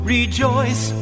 Rejoice